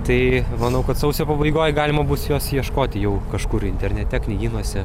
tai manau kad sausio pabaigoj galima bus jos ieškoti jau kažkur internete knygynuose